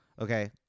Okay